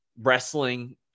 wrestling